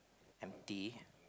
empty